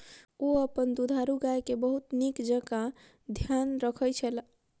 ओ अपन दुधारू गाय के बहुत नीक जेँका ध्यान रखै छला